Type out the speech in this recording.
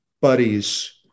buddies